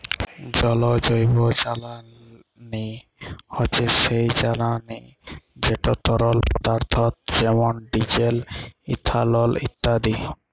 জল জৈবজ্বালানি হছে সেই জ্বালানি যেট তরল পদাথ্থ যেমল ডিজেল, ইথালল ইত্যাদি